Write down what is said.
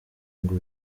ngo